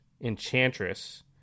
Enchantress